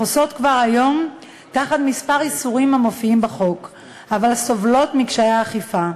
החוסות כבר היום תחת כמה איסורים המופיעים בחוק אבל סובלות מקשיי אכיפה,